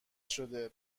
شده